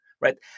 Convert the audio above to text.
right